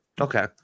okay